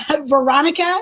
Veronica